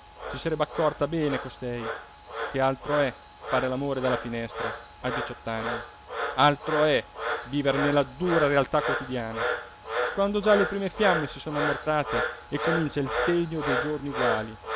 si sarebbe accorta bene costei che altro è fare all'amore dalla finestra a diciott'anni altro è vivere nella dura realtà quotidiana quando già le prime fiamme si sono ammorzate e comincia il tedio dei giorni uguali